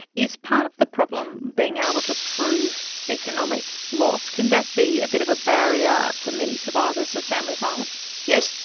is part of the problem being able to prove economic loss? can that be a bit of a barrier for many survivors of family violence? yes,